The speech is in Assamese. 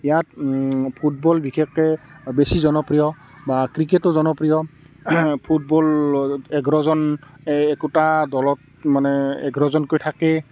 ইয়াত ফুটবল বিশেষকৈ বেছি জনপ্ৰিয় বা ক্ৰিকেটো জনপ্ৰিয় ফুটবল এঘাৰজন একোটা দলত মানে এঘাৰজনকৈ থাকে